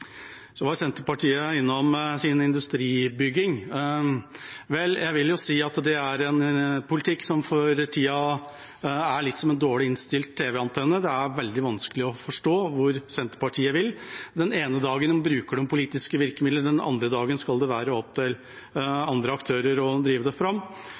politikk som for tiden er litt som en dårlig innstilt tv-antenne, det er veldig vanskelig å forstå hvor Senterpartiet vil. Den ene dagen bruker de politiske virkemidler, den andre dagen skal det være opp til andre aktører å drive det fram.